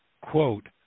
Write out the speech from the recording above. quote